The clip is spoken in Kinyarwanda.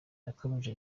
yakomeje